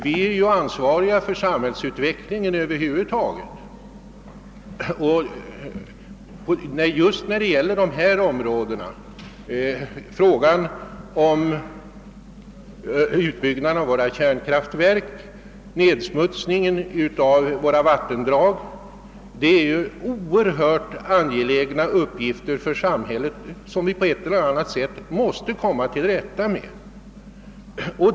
Vi är ju ansvariga för samhällsutvecklingen över huvud taget och just sådana områden som utbyggnaden av kärnkraftverk och nedsmutsningen av vattendragen är oerhört angelägna uppgifter för samhället, som vi på ett eller annat sätt måste komma till rätta med.